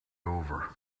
over